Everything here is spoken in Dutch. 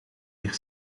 weer